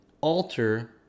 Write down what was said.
alter